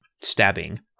stabbing